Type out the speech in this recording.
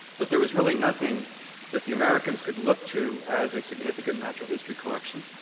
but there was really nothing that the americans could look to as a significant natural history collection.